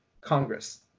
congress